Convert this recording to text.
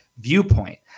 viewpoint